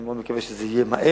אני מקווה מאוד שזה יהיה מהר,